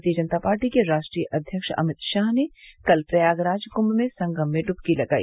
भारतीय जनता पार्टी के राष्ट्रीय अध्यक्ष अमित शाह ने कल प्रयागराज कुंभ में संगम में डुबकी लगाई